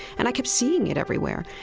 and i kept seeing it everywhere.